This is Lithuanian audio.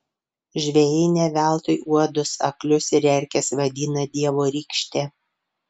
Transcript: žvejai ne veltui uodus aklius ir erkes vadina dievo rykšte